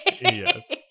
Yes